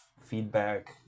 feedback